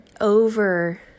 over